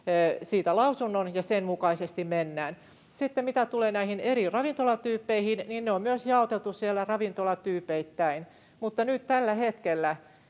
lausunnon, ja sen mukaisesti mennään. Sitten mitä tulee näihin eri ravintolatyyppeihin, niin on myös jaoteltu ravintolatyypeittäin. Mutta nyt tällä hetkellä,